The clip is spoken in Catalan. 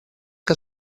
que